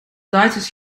duitsers